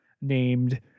named